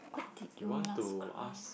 when did you last cry